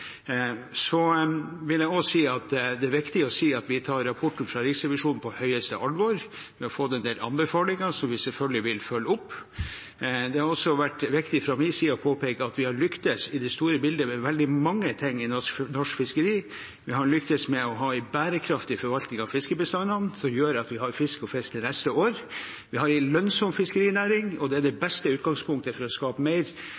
Det er viktig å si at vi tar rapporten fra Riksrevisjonen på det største alvor. Vi har fått en del anbefalinger som vi selvfølgelig vil følge opp. Det har også vært viktig fra min side å påpeke at vi i det store bildet har lyktes med veldig mye i norsk fiskeri. Vi har lyktes med å ha en bærekraftig forvaltning av fiskebestandene, noe som gjør at vi har fisk å fiske til neste år. Vi har en lønnsom fiskerinæring, og det er det beste utgangspunktet for å skape mer